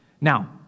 Now